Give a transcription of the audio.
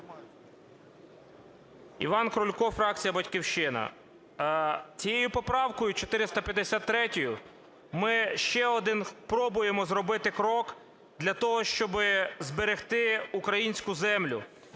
Іван Крулько, фракція "Батьківщина". Цією поправкою 453 ми ще один пробуємо зробити крок для того, щоб зберегти українську землю.